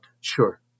Sure